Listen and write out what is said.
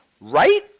right